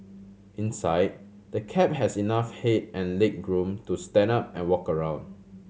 inside the cab has enough head and legroom to stand up and walk around